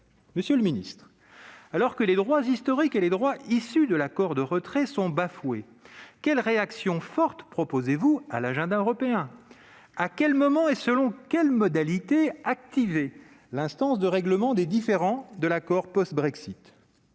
Monsieur le secrétaire d'État, alors que les droits historiques et les droits issus de l'accord de retrait sont bafoués, quelle réaction forte proposez-vous d'inscrire à l'agenda européen ? À quel moment et selon quelles modalités faudra-t-il activer l'instance de règlement des différends de l'accord post-Brexit ?